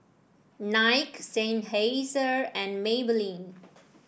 Nike Seinheiser and Maybelline